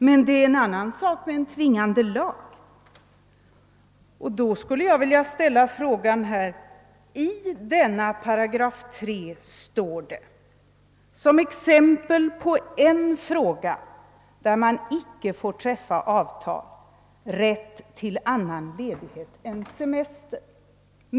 Men det är något helt annat med en tvingande lag. I 3 § anges som exempel på en fråga, där man icke får träffa avtal, rätt till annan ledighet än semester.